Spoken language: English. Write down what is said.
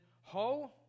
Ho